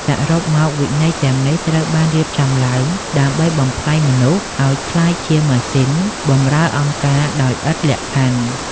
សរុបមក វិន័យទាំងនេះត្រូវបានរៀបចំឡើងដើម្បីបំប្លែងមនុស្សឱ្យក្លាយជាម៉ាស៊ីនបម្រើអង្គការដោយឥតលក្ខខណ្ឌ។